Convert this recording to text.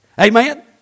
Amen